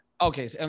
Okay